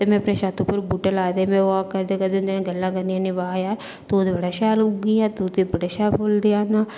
ते में अपने छत्त उप्पर बहूटे लाए दे में वाक करदे करदे उं'दे कन्नै गल्लां करनी होन्नी बाय यार तू ते बड़ा शैल उग्गी गेआ तूं ते बड़े शैल फुल्ल देआ'रना